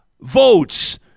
votes